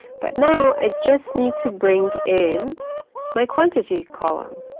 but now i just need to bring in my quantity column.